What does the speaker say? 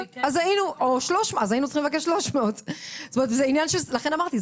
אז היינו צריכים לבקש 300. לכן אמרתי,